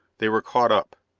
they were caught up.